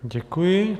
Děkuji.